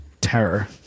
terror